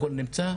הכל נמצא,